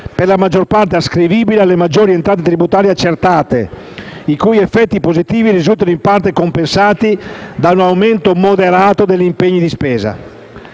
per la maggior parte ascrivibile alle maggiori entrate tributarie accertate, i cui effetti positivi risultano in parte compensati da un aumento moderato degli impegni di spesa.